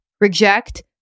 reject